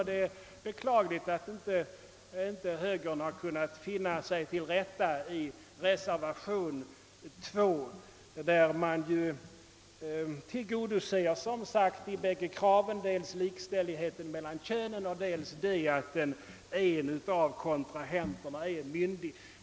Det är beklagligt att högern inte har kunnat finna sig till rätta i reservation 2, där man tillgodoser de bägge kraven, d. v. s. dels likställigheten mellan könen och dels att en av kontrahenterna bör vara myndig.